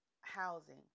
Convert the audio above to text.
housing